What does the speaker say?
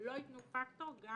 לא יתנו פקטור גם